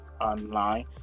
online